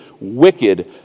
wicked